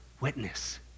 witness